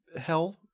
Hell